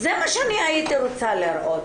זה מה שאני הייתי רוצה לראות.